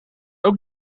ook